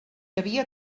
havia